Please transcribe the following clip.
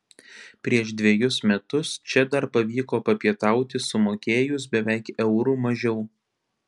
prieš dvejus metus čia dar pavyko papietauti sumokėjus beveik euru mažiau